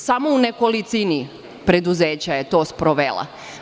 Samo u nekolicini preduzeća je to sprovela.